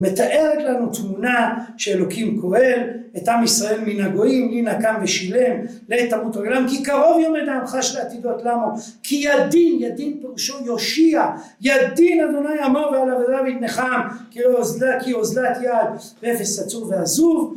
‫מתארת לנו תמונה שאלוקים כואב, ‫את עם ישראל מן הגויים, ‫לי נקם ושילם, ‫לי תמות רגלם, ‫כי קרוב יום עגם חש עתידות לנו. ‫למה? ‫כי ידין, ידין פירושו יושיע, ‫ידין אדוני אמר ועל אבי נחם, ‫כי עוזלת יד, ‫רפס עצוב ועזוב.